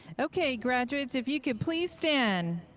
okay. graduates, if you could please stand.